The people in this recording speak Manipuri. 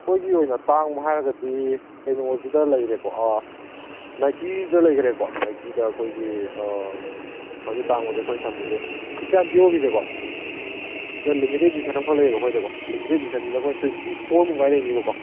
ꯑꯩꯈꯣꯏꯒꯤ ꯑꯣꯏꯅ ꯇꯥꯡꯕ ꯍꯥꯏꯔꯒꯗꯤ ꯀꯩꯅꯣꯁꯤꯗ ꯂꯩꯔꯦꯀꯣ ꯅꯥꯏꯀꯤꯁꯨ ꯂꯩꯈ꯭ꯔꯦꯀꯣ ꯅꯥꯏꯀꯤꯗ ꯑꯩꯈꯣꯏꯒꯤ ꯈ꯭ꯋꯥꯏꯗꯒꯤ ꯇꯥꯡꯕꯁꯦ ꯑꯩꯈꯣꯏꯅ ꯊꯝꯃꯤꯁꯦ ꯈ꯭ꯔꯤꯁꯇꯤꯌꯥꯟ ꯗꯤꯑꯣꯔꯒꯤꯁꯦꯀꯣ ꯁꯤꯗ ꯂꯤꯃꯤꯇꯦꯠ ꯏꯗꯤꯁꯟ ꯑꯃꯈꯛ ꯂꯩꯌꯦꯕ ꯑꯩꯈꯣꯏꯗꯀꯣ ꯂꯤꯃꯤꯇꯦꯠ ꯏꯗꯤꯁꯟꯁꯤꯗ ꯑꯩꯈꯣꯏ ꯇ꯭ꯋꯦꯟꯇꯤ ꯐꯣꯔꯃꯨꯛ ꯑꯗꯨꯃꯥꯏꯅ ꯂꯩꯅꯤꯕꯀꯣ